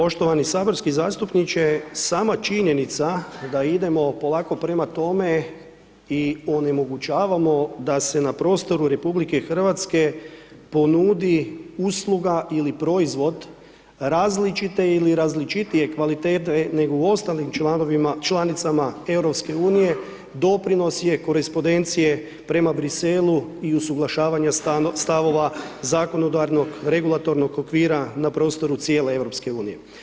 Poštovani saborski zastupniče, sama činjenica da idemo polako prema tome i onemogućavamo da se na prostoru RH ponudi usluga ili proizvod različite ili različitije kvalitete nego u ostalim članicama EU doprinos je korespondencije prema Bruxellesu i usuglašavanja stavova zakonodavnog regulatornog okvira na prostoru cijele EU.